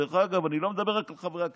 דרך אגב, אני לא מדבר רק על חברי הכנסת.